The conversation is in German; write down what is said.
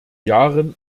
jahren